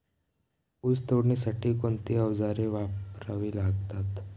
ऊस तोडणीसाठी कोणती अवजारे वापरावी लागतात?